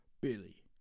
Billy